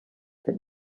that